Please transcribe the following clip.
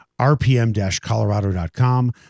rpm-colorado.com